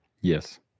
Yes